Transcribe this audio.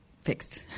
fixed